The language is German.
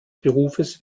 berufes